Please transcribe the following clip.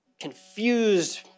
confused